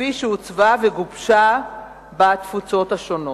כפי שעוצבה וגובשה בתפוצות השונות.